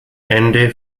ende